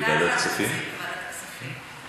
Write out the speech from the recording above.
כשדנו על התקציב בוועדת הכספים.